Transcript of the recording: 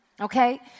Okay